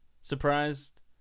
surprised